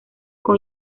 con